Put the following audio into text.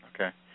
okay